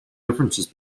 differences